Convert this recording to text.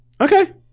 Okay